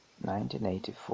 1984